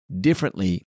differently